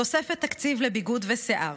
תוספת תקציב לביגוד ושיער,